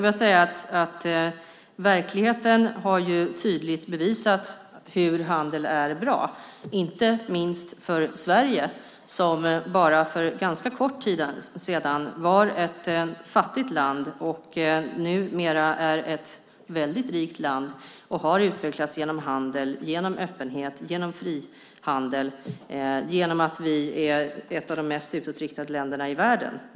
Verkligheten har tydligt bevisat hur handel är bra, inte minst för Sverige som för ganska kort tid sedan var ett fattigt land och numera är ett väldigt rikt land som har utvecklats genom handel, genom öppenhet, genom frihandel och genom att vi är ett av de mest utåtriktade länderna i världen.